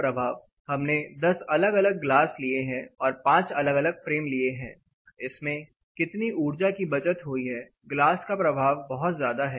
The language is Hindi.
हमने दस अलग अलग ग्लास लिए और पांच अलग अलग फ्रेम है इसमें कितनी उर्जा की बचत हुई है ग्लास का प्रभाव बहुत ज्यादा है